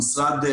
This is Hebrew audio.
המשרד,